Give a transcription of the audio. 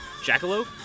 Jackalope